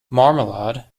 marmalade